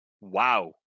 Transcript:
Wow